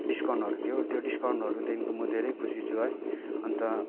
डिसकाउन्टहरू थियो त्यो डिसकाउन्टदेखिको म धेरै खुसी छु है अन्त